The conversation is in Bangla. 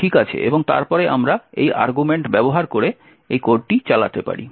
ঠিক আছে এবং তারপরে আমরা এই আর্গুমেন্ট ব্যবহার করে এই কোডটি চালাতে পারি